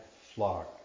flock